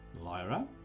Lyra